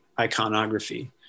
iconography